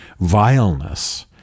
vileness